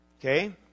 Okay